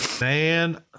Man